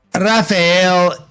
Rafael